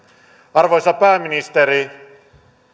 arvoisa pääministeri